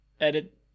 edit